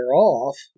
off